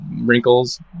wrinkles